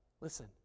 Listen